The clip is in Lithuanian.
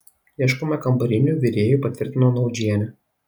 ieškome kambarinių virėjų patvirtino naudžienė